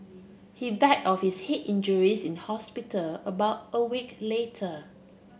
he died of his head injuries in hospital about a week later